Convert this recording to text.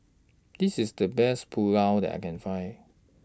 This IS The Best Pulao that I Can Find